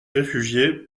réfugié